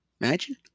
Imagine